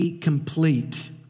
complete